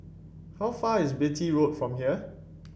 how far is Beatty Road from here